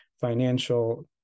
financial